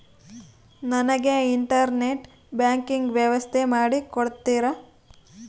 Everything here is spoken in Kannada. ನನಗೆ ಇಂಟರ್ನೆಟ್ ಬ್ಯಾಂಕಿಂಗ್ ವ್ಯವಸ್ಥೆ ಮಾಡಿ ಕೊಡ್ತೇರಾ?